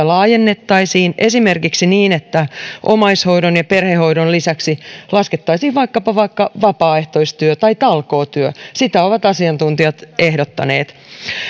laajennettaisiin esimerkiksi niin että omaishoidon ja perhehoidon lisäksi laskettaisiin vaikkapa vapaaehtoistyö tai talkootyö sitä ovat asiantuntijat ehdottaneet